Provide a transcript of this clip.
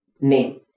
name